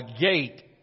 gate